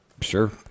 Sure